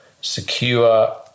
secure